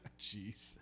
Jeez